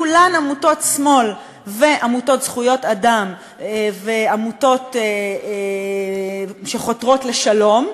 כולן עמותות שמאל ועמותות זכויות אדם ועמותות שחותרות לשלום.